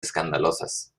escandalosas